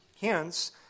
Hence